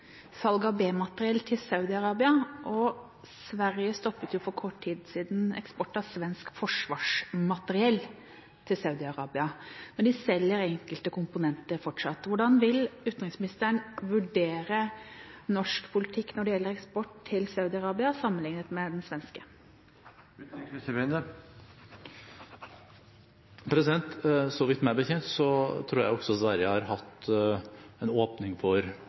salg av B-materiell til Saudi-Arabia, og Sverige stoppet for kort tid siden eksport av svensk forsvarsmateriell til Saudi-Arabia, men de selger enkelte komponenter fortsatt. Hvordan vil utenriksministeren vurdere norsk politikk når det gjelder eksport til Saudi-Arabia, sammenliknet med den svenske? Meg bekjent har også Sverige hatt en åpning for eksport av A-materiell til Saudi-Arabia, noe vi ikke har hatt.